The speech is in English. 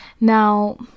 Now